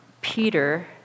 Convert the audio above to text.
Peter